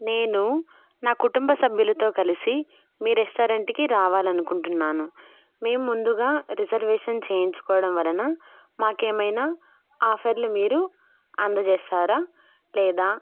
నేను నా కుటుంబ సభ్యులతో కలిసి మీ రెస్టారెంట్కి రావాలి అనుకుంటున్నాను మేము ముందుగా రిజర్వేషన్ చేయించుకోవడం వలన మాకు ఏమైనా ఆఫర్లు మీరు అందజేస్తారా లేదా